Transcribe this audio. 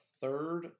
third